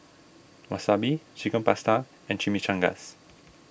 Wasabi Chicken Pasta and Chimichangas